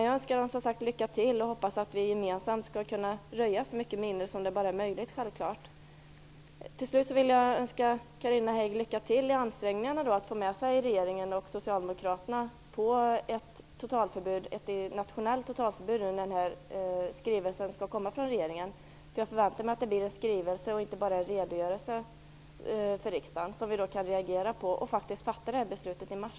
Jag önskar dem ändå lycka till och hoppas att vi gemensamt skall kunna röja så många minor som möjligt. Jag vill också önska Carina Hägg lycka till i ansträngningarna att få med sig regeringen och Socialdemokraterna när det gäller ett nationellt totalförbud nu när det skall komma en skrivelse från regeringen. Jag förväntar mig att det blir en skrivelse och inte bara en redogörelse som riksdagen kan reagera på så att beslut kan fattas i mars.